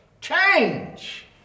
Change